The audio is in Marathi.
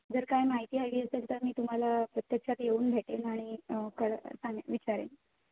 जर काय माहिती हवी असेल तर मी तुम्हाला प्रत्यक्षात येऊन भेटेन आणि कळ सांगे विचारेन